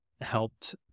helped